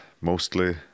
mostly